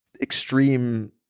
extreme